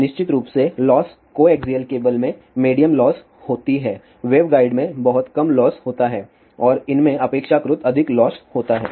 तो निश्चित रूप से लॉस कोएक्सिअल केबल में मेडियम लॉस होती है वेवगाइड में बहुत कम लॉस होता है और इनमें अपेक्षाकृत अधिक लॉस होता है